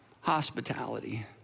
hospitality